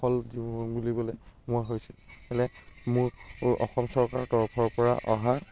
সফল বুলিবলৈ মই হৈছিলে মোৰ অসম চৰকাৰৰ তৰফৰ পৰা অহা